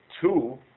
Two